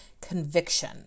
conviction